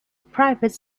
private